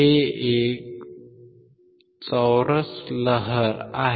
ही एक चौरस लहर आहे